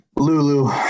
lulu